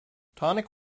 tonic